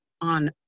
on